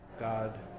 God